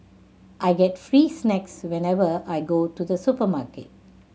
I get free snacks whenever I go to the supermarket